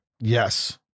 Yes